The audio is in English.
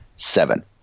seven